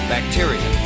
Bacteria